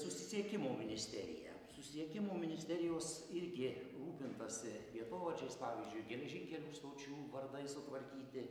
susisiekimo ministerija susisiekimo ministerijos irgi rūpintasi vietovardžiais pavyzdžiui geležinkelio stočių vardai sutvarkyti